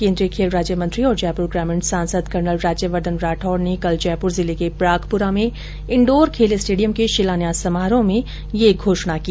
केन्द्रीय खेल राज्य मंत्री और जयपुर ग्रामीण सांसद कर्नल राज्यवर्द्वन राठौड ने कल जयपुर जिले के प्रागपुरा में इण्डोर खेल स्टेडियम के शिलान्यास समारोह में ये घोषणा की